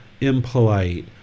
impolite